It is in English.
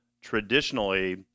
traditionally